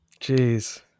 Jeez